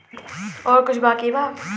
और कुछ बाकी बा?